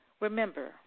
Remember